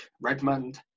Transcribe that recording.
Redmond